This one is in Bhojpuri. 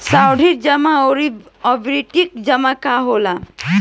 सावधि जमा आउर आवर्ती जमा का होखेला?